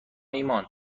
ایمان